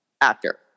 actor